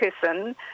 person